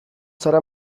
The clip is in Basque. zara